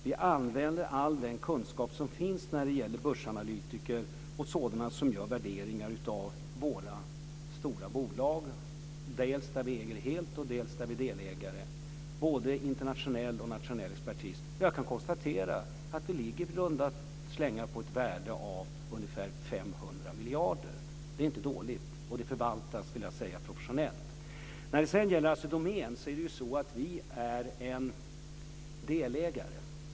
Vi använder all den kunskap som finns i form av börsanalytiker och sådana som gör värderingar av våra stora bolag - dels dem som vi äger helt, dels dem som vi är delägare i. Det gäller både internationell och nationell expertis. Jag kan konstatera att värdet i runda slängar ligger på 500 miljarder kronor. Det är inte dåligt, och jag vill säga att det förvaltas professionellt. Vi är delägare i Assi Domän.